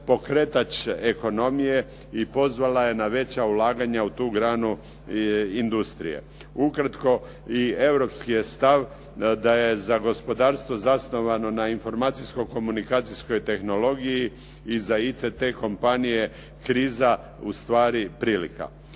pokretač ekonomije i pozvala je na veća ulaganja u tu granu industrije. Ukratko. I europski je stav da je za gospodarstvo zasnovano na informacijsko-komunikacijskoj tehnologiji i za ICT kompanije kriza u stvari prilika.